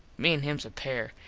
me an hims a pair.